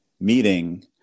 meeting